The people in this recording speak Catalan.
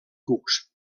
cucs